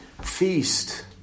feast